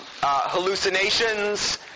hallucinations